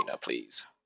please